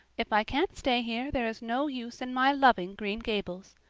if i can't stay here there is no use in my loving green gables.